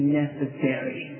necessary